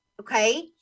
Okay